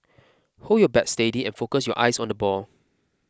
hold your bat steady and focus your eyes on the ball